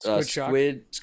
Squid